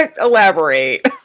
elaborate